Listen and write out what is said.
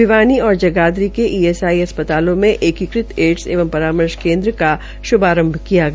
भिवानी और जगाधरी के ईएसआई अस्पतालों में एकीकृत एडस एवं परामर्श केन्द्र का शुभारंभ किया गया